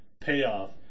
payoff